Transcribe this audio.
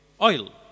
oil